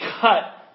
cut